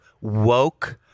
woke